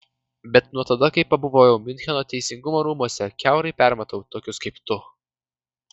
bet nuo tada kai pabuvojau miuncheno teisingumo rūmuose kiaurai permatau tokius kaip tu